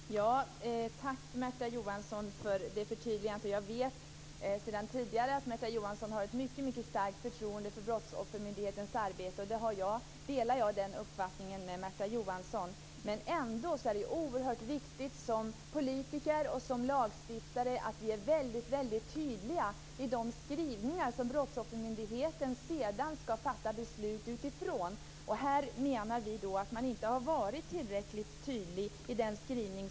Fru talman! Tack, Märta Johansson, för det förtydligandet. Jag vet sedan tidigare att Märta Johansson har ett mycket starkt förtroende för Brottsoffermyndighetens arbete. Här delar jag Märta Johanssons uppfattning. Det är oerhört viktigt att vi som politiker och lagstiftare är väldigt tydliga i de skrivningar som Brottsoffermyndigheten skall fatta beslut utifrån. Vi anser att regeringen inte har varit tillräckligt tydlig i sin skrivning.